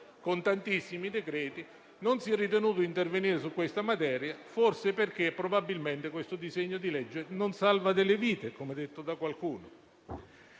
con tantissimi decreti - non si è ritenuto di intervenire sulla materia, forse è perché, probabilmente, questo provvedimento non salva delle vite, come detto da qualcuno.